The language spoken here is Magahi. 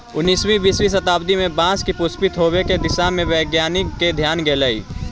उन्नीसवीं बीसवीं शताब्दी में बाँस के पुष्पित होवे के दिशा में वैज्ञानिक के ध्यान गेलई